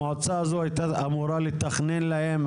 המועצה הזו הייתה אמורה לתכנן להם.